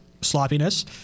sloppiness